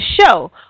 show